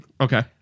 Okay